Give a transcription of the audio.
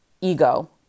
ego